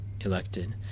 elected